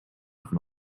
from